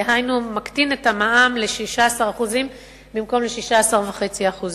דהיינו מקטין את המע"מ ל-16% במקום 16.5%